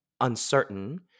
uncertain